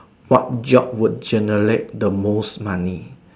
what job would generate the most money